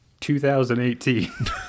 2018